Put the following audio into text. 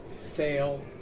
fail